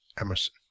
Emerson